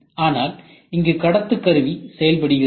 ஆனால் இங்கு கடத்துக்கருவி செயல்படுகிறது